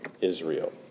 Israel